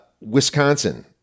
Wisconsin